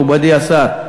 מכובדי השר,